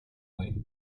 way